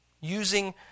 Using